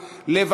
אוקיי.